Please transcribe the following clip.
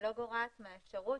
לא גורעת מהאפשרות